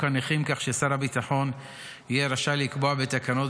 הנכים כך ששר הביטחון יהיה רשאי לקבוע בתקנות,